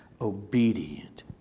obedient